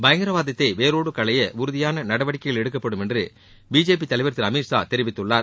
பயங்கரவாதத்தை வேறோடு களைய உறுதியான நடவடிக்கைகள் எடுக்கப்படும் என்றுபிஜேபி தேசியத் தலைவர் திரு அமித் ஷா தெரிவித்துள்ளார்